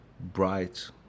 bright